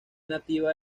nativa